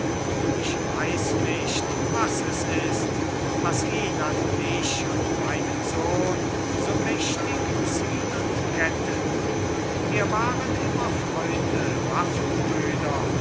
ich weiß nicht was es ist was ihn an mich und meinen sohn so mächtig zieht und kettet wir waren immer freunde